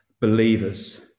believers